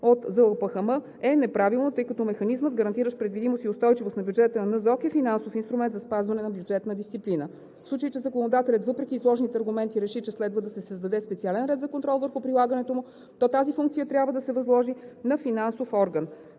медицина е неправилно, тъй като механизмът, гарантиращ предвидимост и устойчивост на бюджета на НЗОК, е финансов инструмент за спазване на бюджетна дисциплина. В случай че законодателят, въпреки изложените аргументи, реши, че следва да се създаде специален ред за контрол върху прилагането му, то тази функция трябва да се възложи на финансов орган.